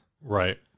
Right